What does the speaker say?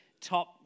top